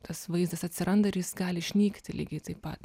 tas vaizdas atsiranda ir jis gali išnykti lygiai taip pat